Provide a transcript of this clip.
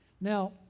Now